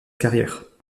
carrière